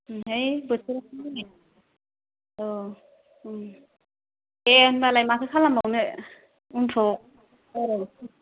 ओंहाय बोथोरानो औ ओं दे होमब्लाय माथो खालामबावनो उनफ्राव रायज्लायनोसै